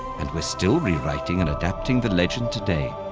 and we're still rewriting and adapting the legend today.